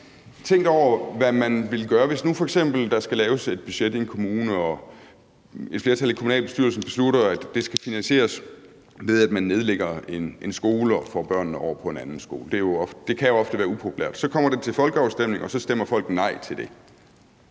tænkt over, hvad man vil gøre, hvis nu f.eks. der skal laves et budget i en kommune og et flertal i kommunalbestyrelsen beslutter, at det skal finansieres, ved at man nedlægger en skole og får børnene over på en anden skole – det kan ofte være upopulært – og det så kommer til folkeafstemning og folk så stemmer nej til det?